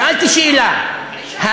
שאלתי שאלה, אני שאלתי אותך שאלה.